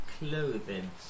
clothing